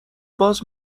باز